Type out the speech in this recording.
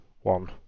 One